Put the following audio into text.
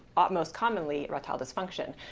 um most commonly, erectile dysfunction.